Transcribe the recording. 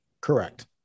Correct